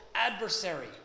adversary